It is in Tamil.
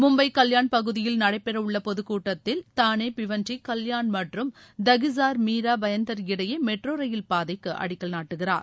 மும்பை கல்யாண் பகுதியில் நடைபெறவுள்ள பொதுக் கூட்டத்தில் தானே பிவண்டி கல்யாண் மற்றும் தகிசார் மீரா பயந்தர் இடையே மெட்ரோ ரயில் பாதைக்கு அடிக்கல் நாட்டுகிறார்